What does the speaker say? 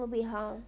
宝贝 how